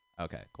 Okay